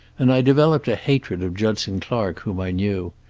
and i developed a hatred of judson clark, whom i knew.